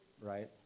Right